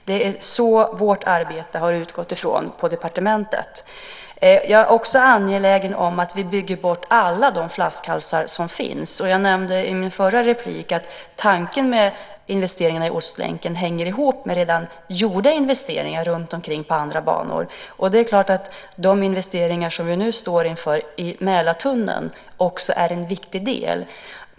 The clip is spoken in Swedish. Det är det vårt arbete har utgått ifrån på departementet. Jag är också angelägen om att vi bygger bort alla de flaskhalsar som finns. Jag nämnde i mitt förra inlägg att tanken med investeringarna i Ostlänken hänger ihop med redan gjorda investeringar runtomkring på andra banor. Det är klart att de investeringar som vi nu står inför beträffande Mälartunneln också är en viktig del.